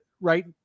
right